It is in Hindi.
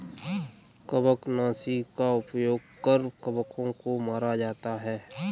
कवकनाशी का उपयोग कर कवकों को मारा जाता है